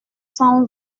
cent